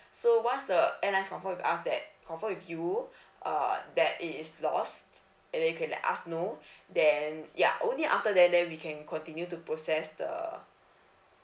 so once the airlines confirm with us that confirm with you uh that it is lost then they can let us know then ya only after then there we can continue to process the